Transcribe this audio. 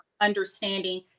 understanding